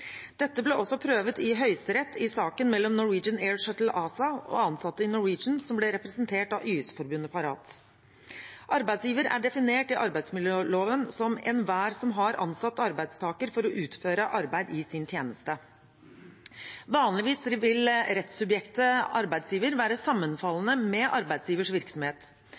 Dette ble også prøvet i Høyesterett i saken mellom Norwegian Air Shuttle ASA og ansatte i Norwegian, som ble representert av YS-forbundet Parat. Arbeidsgiver er definert i arbeidsmiljøloven som «enhver som har ansatt arbeidstaker for å utføre arbeid i sin tjeneste». Vanligvis vil rettssubjektet arbeidsgiver være sammenfallende med arbeidsgivers virksomhet.